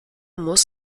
muss